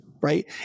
right